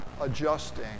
adjusting